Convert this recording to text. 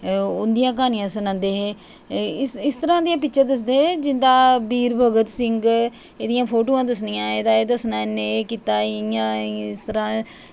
उंदियां क्हानियां सनांदे हे इस तरहां दियां पिक्चरां दस्सदे हे जियां वीर भगत सिंह ओह्दियां फोटोआं दस्सनियां एह्दा एह् दस्सना ताहीं इस तरहां